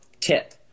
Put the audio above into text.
tip